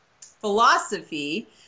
philosophy